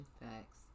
facts